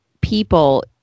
people